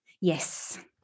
Yes